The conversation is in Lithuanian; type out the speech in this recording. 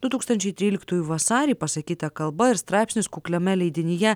du tūkstančiai tryliktųjų vasarį pasakyta kalba ir straipsnis kukliame leidinyje